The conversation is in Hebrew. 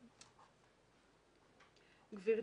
גברתי,